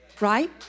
right